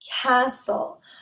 castle